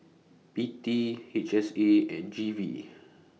P T H S A and G V